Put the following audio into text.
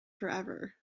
forever